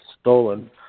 stolen